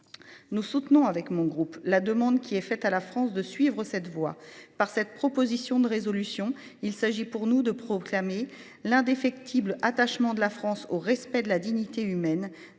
Nous soutenons avec mon groupe, la demande qui est faite à la France de suivre cette voie par cette proposition de résolution, il s'agit pour nous de proclamer l'indéfectible attachement de la France au respect de la dignité humaine